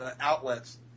outlets